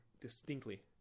distinctly